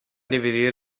dividir